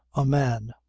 a man,